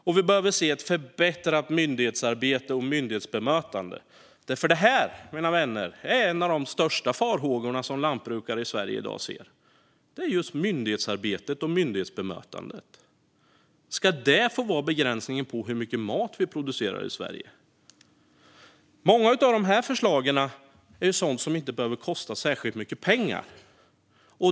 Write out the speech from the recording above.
Och vi behöver se ett förbättrat myndighetsarbete och myndighetsbemötande. Det är nämligen en av de största farhågorna lantbrukare i Sverige ser i dag, mina vänner. Ska just myndighetsarbetet och myndighetsbemötandet få vara begränsningen för hur mycket mat vi producerar i Sverige? Många av förslagen är sådant som inte behöver kosta särskilt mycket pengar.